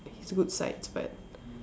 his good sides but